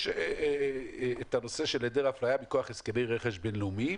יש את הנושא של היעדר הפליה מכוח הסכמי רכש בינלאומיים